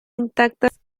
intactas